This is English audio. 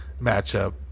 matchup